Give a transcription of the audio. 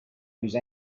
whose